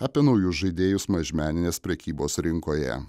apie naujus žaidėjus mažmeninės prekybos rinkoje